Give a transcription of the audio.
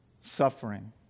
Suffering